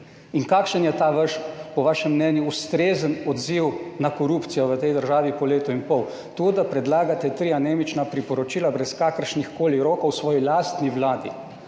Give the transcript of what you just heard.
In kakšen je ta vaš, po vašem mnenju ustrezen odziv na korupcijo v tej državi po letu in pol? To, da predlagate tri anemična priporočila brez kakršnihkoli rokov v svoji lastni Vladi